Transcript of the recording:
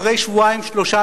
אחרי שבועיים-שלושה,